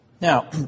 Now